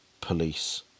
police